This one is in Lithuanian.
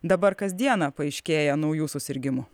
dabar kasdieną paaiškėja naujų susirgimų